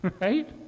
right